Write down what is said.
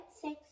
six